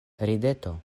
rideto